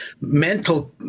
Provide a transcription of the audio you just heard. mental